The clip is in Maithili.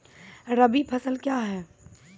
रबी फसल क्या हैं?